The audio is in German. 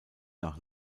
nach